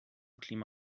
klima